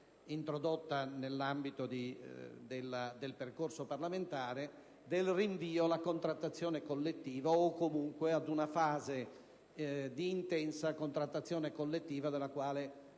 introdotta nell'ambito del percorso parlamentare, del rinvio alla contrattazione collettiva, o comunque ad una fase di intensa contrattazione collettiva della quale